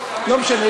לא משנה,